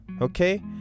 okay